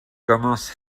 commence